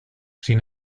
sin